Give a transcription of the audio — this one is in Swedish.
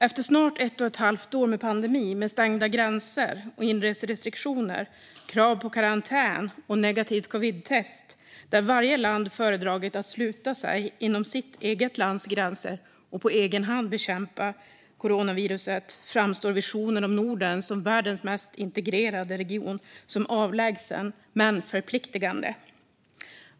Efter snart ett och ett halvt år med pandemi och stängda gränser, inreserestriktioner, krav på karantän och negativt covidtest, där varje land har föredragit att sluta sig inom sitt eget lands gränser och på egen hand bekämpa coronaviruset, framstår visionen om Norden som världens mest integrerade region som avlägsen men förpliktande.